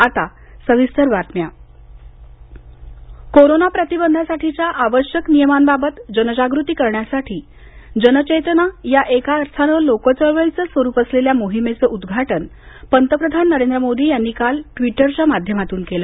आता सविस्तर बातम्या कोरोना प्रतिबंध जनआंदोलन कोरोना प्रतिबंधासाठीच्या आवश्यक नियमांबाबत जनजागृती करण्यासाठी जनचेतना या एका अर्थानं लोकचळवळीचं स्वरूप असलेल्या मोहीमेचं उद्घाटन पंतप्रधान नरेंद्र मोदी यांनी काल ट्वीटरच्या माध्यमातून केलं